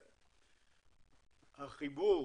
החיבור,